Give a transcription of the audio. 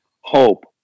hope